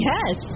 Yes